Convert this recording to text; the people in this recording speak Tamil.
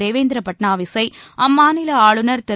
தேவேந்திர பட்நாவிஸை அம்மாநில ஆளுநர் திரு